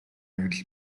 адил